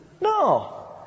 No